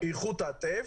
איכות הטף,